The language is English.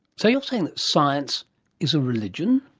so you're saying that science is a religion?